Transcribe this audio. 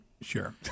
Sure